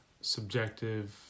subjective